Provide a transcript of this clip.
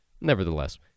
Nevertheless